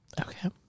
Okay